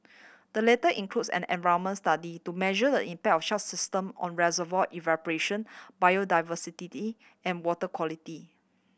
the latter includes an environment study to measure the impact of such system on reservoir evaporation biodiversity E and water quality